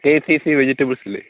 K C C വെജിറ്റബിൾസില്